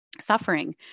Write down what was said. suffering